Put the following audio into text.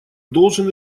должен